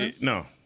No